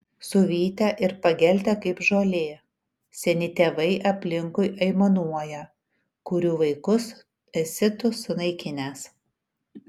suvytę ir pageltę kaip žolė seni tėvai aplinkui aimanuoja kurių vaikus esi tu sunaikinęs